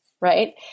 Right